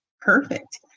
perfect